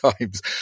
times